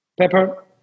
pepper